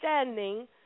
understanding